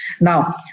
Now